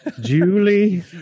Julie